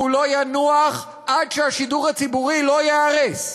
והוא לא ינוח עד שהשידור הציבורי לא ייהרס,